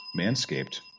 Manscaped